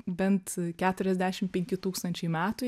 bent keturiasdešim penki tūkstančiai metų